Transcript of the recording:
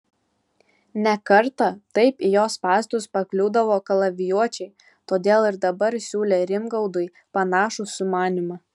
ne kartą taip į jo spąstus pakliūdavo kalavijuočiai todėl ir dabar siūlė rimgaudui panašų sumanymą